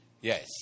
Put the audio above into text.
Yes